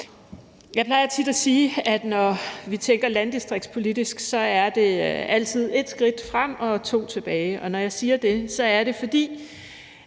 Jeg plejer tit at sige, at når vi tænker landdistriktspolitisk, er det altid et skridt frem og to tilbage. Når jeg siger det, er det, fordi